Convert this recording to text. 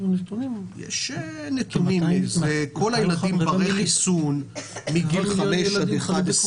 כל הילדים ברי החיסון מגיל 5 עד 11,